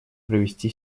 провести